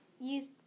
use